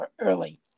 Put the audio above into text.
early